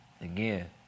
again